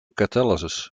catalysis